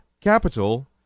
capital